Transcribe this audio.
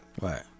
Right